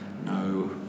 no